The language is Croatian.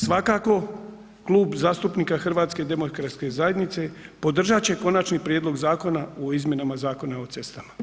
Svakako, Klub zastupnika HDZ-a podržat će Konačni prijedlog zakona o izmjenama Zakona o cestama.